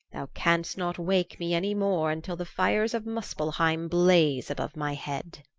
thou canst not wake me any more until the fires of muspelheim blaze above my head.